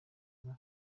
uko